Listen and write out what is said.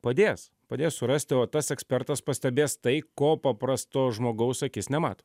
padės padės surasti o tas ekspertas pastebės tai ko paprasto žmogaus akis nemato